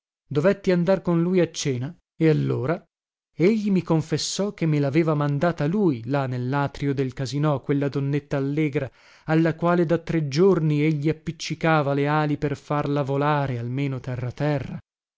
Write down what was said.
dovetti andar con lui a cena e allora egli mi confessò che me laveva mandata lui là nellatrio del casino quella donnetta allegra alla quale da tre giorni egli appiccicava le ali per farla volare almeno terra terra